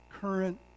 current